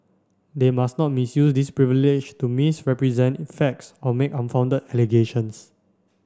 they must not misuse this privilege to misrepresent facts or make unfounded allegations